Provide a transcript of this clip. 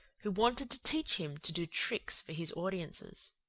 who wanted to teach him to do tricks for his audiences.